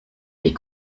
die